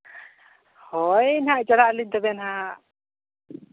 ᱦᱳᱭ ᱱᱟᱦᱟᱜ ᱪᱟᱞᱟᱜ ᱟᱹᱞᱤᱧ ᱛᱚᱵᱮ ᱱᱟᱦᱟᱜ